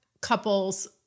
couples